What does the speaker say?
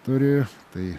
turi tai